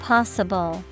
Possible